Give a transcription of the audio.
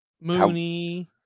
Mooney